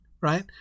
right